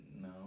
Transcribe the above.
No